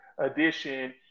Edition